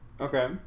Okay